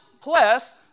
plus